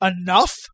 enough